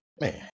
Man